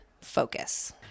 focus